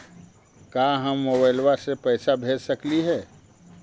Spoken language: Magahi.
का हम मोबाईल से पैसा भेज सकली हे?